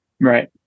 Right